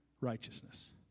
righteousness